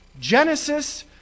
Genesis